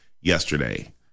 yesterday